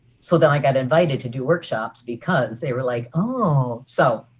so then i got invited to do workshops because they were like, oh, so.